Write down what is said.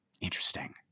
Interesting